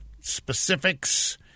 specifics